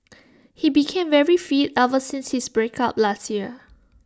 he became very fit ever since his breakup last year